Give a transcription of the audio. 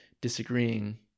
disagreeing